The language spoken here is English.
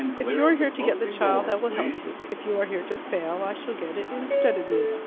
if you are here to get the child, i will help you if you are here to fail, i shall get it instead of you.